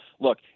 look